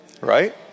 Right